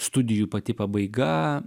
studijų pati pabaiga